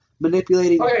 Manipulating